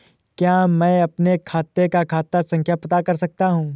क्या मैं अपने खाते का खाता संख्या पता कर सकता हूँ?